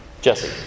jesse